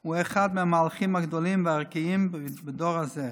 הוא אחד מהמהלכים הגדולים והערכיים בדור הזה.